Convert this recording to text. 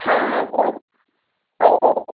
হ্যাঁ bri bridal